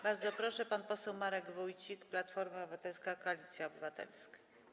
Bardzo proszę, pan poseł Marek Wójcik, Platforma Obywatelska - Koalicja Obywatelska.